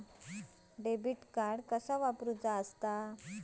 Debit card कसा वापरुचा?